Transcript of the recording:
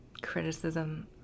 criticism